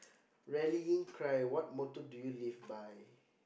rallying cry what motto do you live by